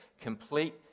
complete